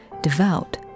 devout